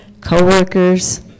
co-workers